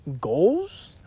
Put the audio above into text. Goals